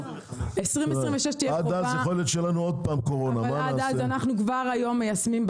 עד אז יכול להיות שתהיה לנו עוד פעם קורונה או עוד מלחמה.